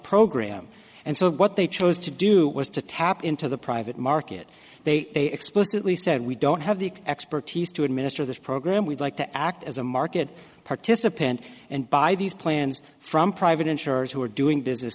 program and so what they chose to do was to tap into the private market they explicitly said we don't have the expertise to administer this program we'd like to act as a market participant and buy these plans from private insurers who are doing business